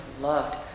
loved